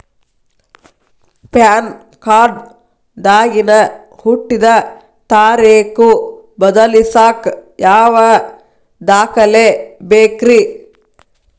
PAN card ದಾಗಿನ ಹುಟ್ಟಿದ ತಾರೇಖು ಬದಲಿಸಾಕ್ ಯಾವ ದಾಖಲೆ ಬೇಕ್ರಿ?